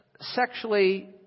sexually